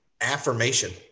affirmation